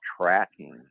tracking